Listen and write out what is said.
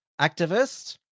activist